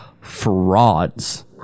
frauds